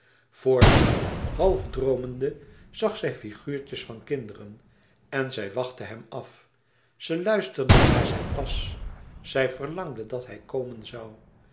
voor zich half droomend zag zij figuurtjes van kinderen en zij wachtte hem af ze luisterde naar zijn pas zij verlangde dat hij komen zoû